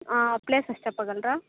places చెప్పగలరా